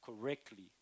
correctly